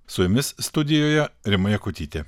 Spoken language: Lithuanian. su jumis studijoje rima jakutytė